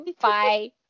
Bye